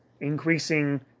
increasing